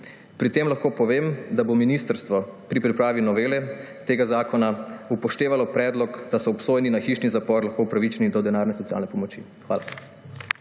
Pri tem lahko povem, da bo ministrstvo pri pripravi novele tega zakona upoštevalo predlog, da so obsojeni na hišni zapor lahko upravičeni do denarne socialne pomoči. Hvala.